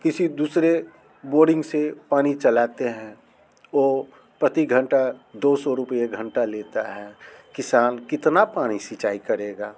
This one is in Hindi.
किसी दूसरे बोरिंग से पानी चलाते हैं ओ प्रति घंटा दो सौ रूपये घंटा लेता है किसान कितना पानी सिंचाई करेगा